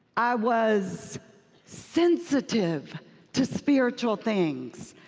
i was sensitive to spiritual things.